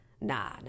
nah